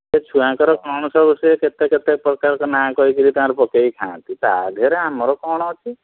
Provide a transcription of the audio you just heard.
ସେ ଛୁଆଙ୍କର କ'ଣ ସବୁ ସେ କେତେ କେତେ ପ୍ରକାର ନାଁ କହିକିରି ତାଙ୍କର ପକେଇକି ଖାଆନ୍ତି ତାଧିଅରେ ଆମର କ'ଣ ଅଛି